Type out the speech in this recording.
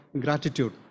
gratitude